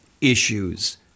issues